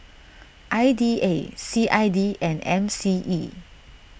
I D A C I D and M C E